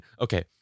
okay